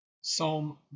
Psalm